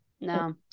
No